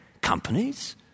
companies